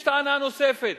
יש טענה נוספת,